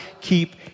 keep